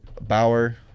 Bauer